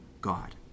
God